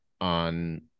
on